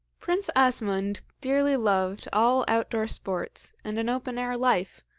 prince asmund dearly loved all outdoor sports and an open-air life,